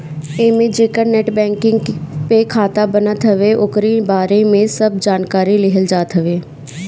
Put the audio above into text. एमे जेकर net banking पे खाता बनत हवे ओकरी बारे में सब जानकारी लेहल जात हवे